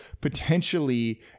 potentially